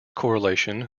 correlation